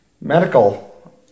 medical